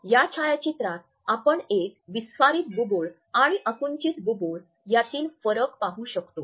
या छायाचित्रात आपण एक विस्फारित बुबुळ आणि आकुंचित बुबुळ यामधील फरक पाहू शकतो